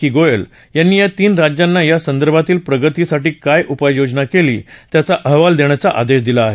के गोयल यांनी या तीन राज्यांना या संदर्भातील प्रगतीसाठी काय उपाययोजना केली त्याचा अहवाल देण्याचा आदेश दिला आहे